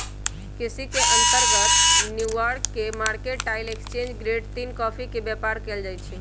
केसी के अंतर्गत New York mercantile exchange grade तीन कॉफी के व्यापार कएल जाइ छइ